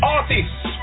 Artists